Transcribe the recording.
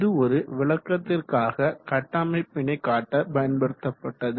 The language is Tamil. இது ஒரு விளக்கத்திற்காக கட்டமைப்பினை காட்ட பயன்படுத்தப்பட்டது